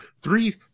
three